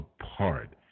apart